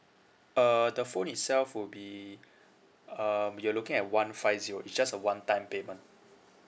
uh the phone itself will be um you're looking at one five zero it's just a one time payment